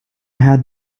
had